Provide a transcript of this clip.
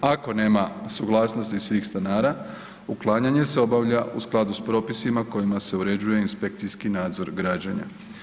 Ako nema suglasnosti svih stanara uklanjanje se obavlja u skladu s propisima kojima se uređuje inspekcijski nadzor građenja.